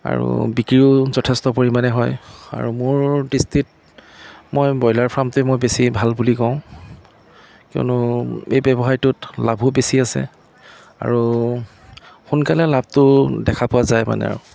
আৰু বিক্ৰীও যথেষ্ট পৰিমাণে হয় আৰু মোৰ দৃষ্টিত মই ব্ৰয়লাৰ ফাৰ্মটোৱেই বেছি ভাল বুলি কওঁঁ কিয়নো এই ব্যৱসায়টোত লাভো বেছি আছে আৰু সোনকালে লাভটো দেখা পোৱা যায় মানে আৰু